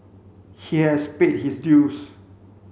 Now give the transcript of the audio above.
he has paid his dues